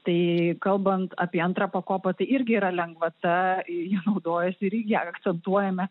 tai kalbant apie antrą pakopą tai irgi yra lengvata ja naudojasi ir ją akcentuojame